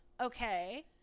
Okay